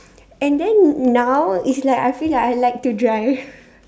and then now is like I feel like I like to drive